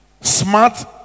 smart